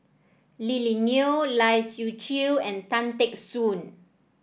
Lily Neo Lai Siu Chiu and Tan Teck Soon